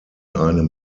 einem